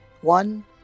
One